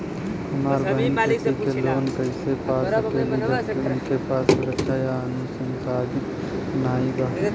हमार बहिन खेती के लोन कईसे पा सकेली जबकि उनके पास सुरक्षा या अनुपरसांगिक नाई बा?